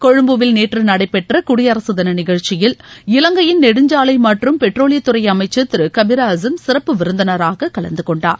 கொழும்புவில் நேற்று நடைபெற்ற குடியரசு தின நிகழ்ச்சியில் இலங்கையின் நெடுஞ்சாலை மற்றும் பெட்ரோலியத்துறை அமைச்சர் திரு கபிர் ஆஸிம் சிறப்பு விருந்தினராகக் கலந்து கொண்டார்